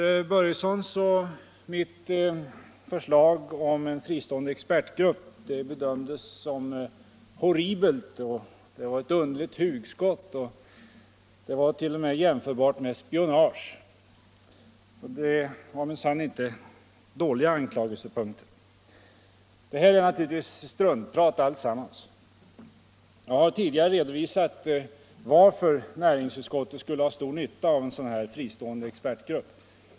Herr Börjessons i Glömminge och mitt förslag om en fristående expertgrupp bedömdes av herr Svanberg som ”horribelt”. Det var ett ”underligt hugskott” och det var t.o.m. jämförbart med spionage. Det var minsann inte några dåliga anklagelsepunkter. Det här är naturligtvis struntprat alltsammans. Jag har tidigare redovisat varför näringsutskottet skulle ha stor nytta av en fristående expertgrupp.